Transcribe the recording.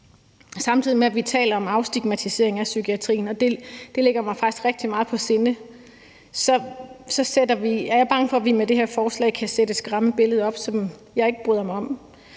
samtidig med at vi taler om afstigmatisering af psykiatrien, og det ligger mig faktisk rigtig meget på sinde. Jeg er bange for, at vi med det her forslag kan sætte et skræmmebillede op, som jeg ikke bryder mig om.